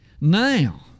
Now